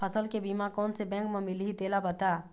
फसल के बीमा कोन से बैंक म मिलही तेला बता?